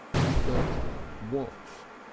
he felt watched.